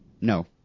no